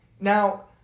Now